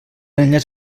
enllaç